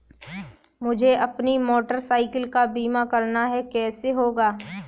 मुझे अपनी motorcycle का बीमा करना है कैसे होगा?